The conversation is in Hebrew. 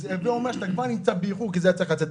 זה אומר שאתה כבר באיחור כי זה היה צריך לצאת במאי.